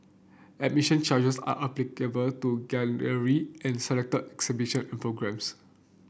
admission charges are applicable to gallery and selected exhibition and programmes